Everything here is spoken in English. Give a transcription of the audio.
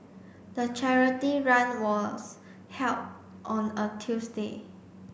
the charity run was held on a Tuesday